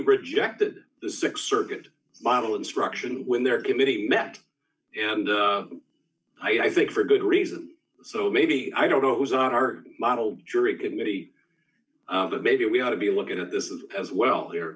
rejected the six circuit model instruction when their committee met and i think for good reason so maybe i don't know who's on our model jury committee but maybe we ought to be looking at this as well the